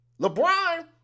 LeBron